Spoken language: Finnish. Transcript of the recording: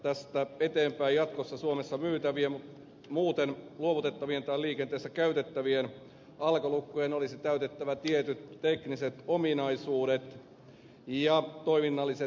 tästä eteenpäin jatkossa suomessa myytävien muuten luovutettavien tai liikenteessä käytettävien alkolukkojen olisi täytettävä tietyt tekniset ominaisuudet ja toiminnalliset vähimmäisvaatimukset